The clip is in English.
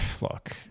look